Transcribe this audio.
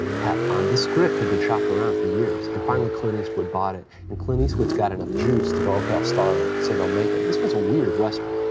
um this script had been shopped around for years and finally clint eastwood bought it and clint eastwood's got enough juice to go, okay, i'll star in it so they'll make it. this was a weird western.